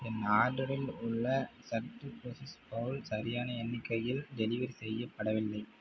என் ஆர்டரில் உள்ள Chuk disposable bowl சரியான எண்ணிக்கையில் டெலிவரி செய்யப்படவில்லை